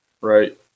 Right